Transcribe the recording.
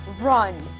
run